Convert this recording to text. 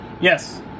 Yes